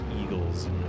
eagles